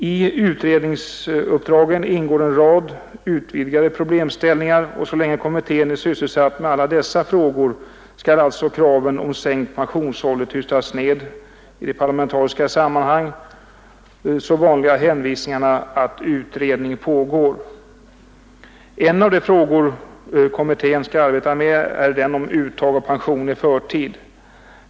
I utredningsuppdraget ingår en rad utvidgade problemställningar, och så länge kommittén är sysselsatt med alla dessa frågor skall alltså kraven om sänkt pensionsålder tystas ned med de i parlamentariska sammanhang så vanliga hänvisningarna att ”utredning pågår”. En av de frågor som kommittén skall arbeta med är den om uttag av pension i förtid.